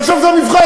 ועכשיו זה המבחן,